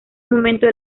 momento